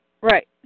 Right